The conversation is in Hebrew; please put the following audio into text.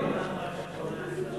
מאיפה 40?